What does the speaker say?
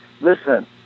listen